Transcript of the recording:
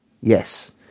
Yes